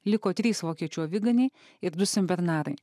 liko trys vokiečių aviganiai ir du senbernarai